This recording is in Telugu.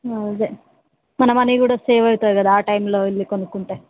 అదే మన మనీ కూడా సేవ్ అవుతుంది కదా ఆ టైంలో వెళ్ళి కొనుక్కుంటే